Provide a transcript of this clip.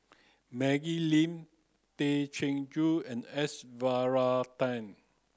Maggie Lim Tay Chin Joo and S Varathan